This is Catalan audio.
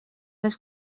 les